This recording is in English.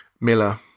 Miller